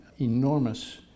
enormous